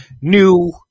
new